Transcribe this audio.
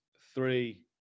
three